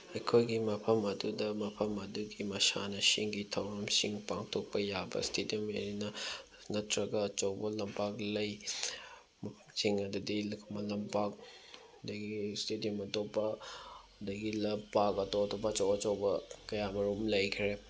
ꯑꯩꯈꯣꯏꯒꯤ ꯃꯐꯝ ꯑꯗꯨꯗ ꯃꯐꯝ ꯑꯗꯨꯒꯤ ꯃꯁꯥꯟꯅꯁꯤꯡꯒꯤ ꯊꯧꯔꯝꯁꯤꯡ ꯄꯥꯡꯊꯣꯛꯄ ꯌꯥꯕ ꯏꯁꯇꯦꯗꯤꯌꯝ ꯑꯦꯔꯦꯅꯥ ꯅꯠꯇ꯭ꯔꯒ ꯑꯆꯧꯕ ꯂꯝꯄꯥꯛ ꯂꯩ ꯃꯐꯝꯁꯤꯡ ꯑꯗꯨꯗꯤ ꯈꯨꯃꯟ ꯂꯝꯄꯥꯛ ꯑꯗꯒꯤ ꯏꯁꯇꯦꯗꯤꯌꯝ ꯑꯇꯣꯞꯄ ꯑꯗꯒꯤ ꯂꯝꯄꯥꯛ ꯑꯇꯣꯞꯄ ꯑꯆꯧ ꯑꯆꯧꯕ ꯀꯌꯥꯃꯔꯨꯝ ꯂꯩꯈ꯭ꯔꯦ